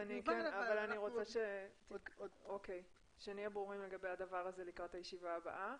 אני רוצה שנהיה ברורים לגבי הדבר הזה לקראת הישיבה הבאה.